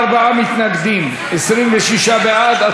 54 מתנגדים, 26 בעד.